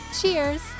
Cheers